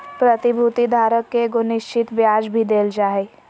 प्रतिभूति धारक के एगो निश्चित ब्याज भी देल जा हइ